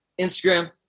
Instagram